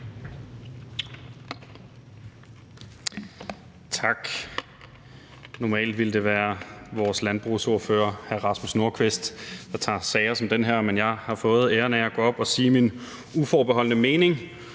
Tak. Normalt vil det være vores landbrugsordfører, hr. Rasmus Nordqvist, der tager sager som den her, men jeg har fået æren af at gå op og sige min uforbeholdne mening.